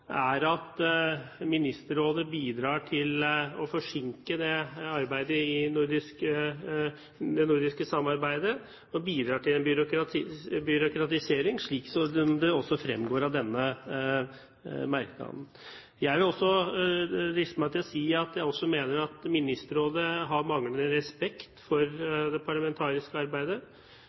at Ministerrådet bidrar til å forsinke det nordiske samarbeidet og bidrar til en byråkratisering, slik det også fremgår av denne merknaden. Jeg vil også driste meg til å si at jeg mener Ministerrådet har manglende respekt for det parlamentariske arbeidet.